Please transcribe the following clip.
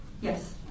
Yes